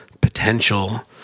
potential